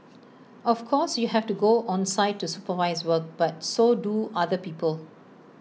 of course you have to go on site to supervise work but so do other people